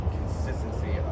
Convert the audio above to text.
consistency